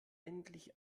endlich